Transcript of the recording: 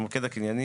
המוקד התכנוני